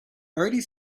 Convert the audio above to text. already